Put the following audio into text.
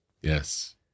Yes